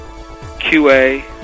QA